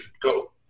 Go